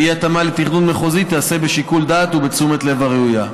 אי-התאמה לתכנון מחוזי תיעשה בשיקול דעת ובתשומת הלב הראויה.